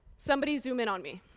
somebody zoom in on me.